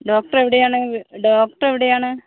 doctor എവിടെയാണ് വ് doctor എവിടെയാണ്